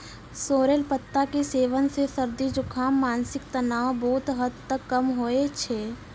sorrel पत्ता के सेवन सॅ सर्दी, जुकाम, मानसिक तनाव बहुत हद तक कम होय छै